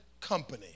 company